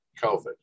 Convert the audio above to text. COVID